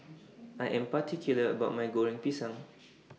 I Am particular about My Goreng Pisang